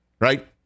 right